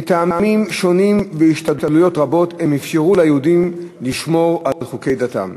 מטעמים שונים והשתדלויות רבות הם אפשרו ליהודים לשמור על חוקי דתם.